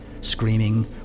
screaming